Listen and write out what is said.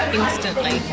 instantly